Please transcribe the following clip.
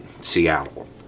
Seattle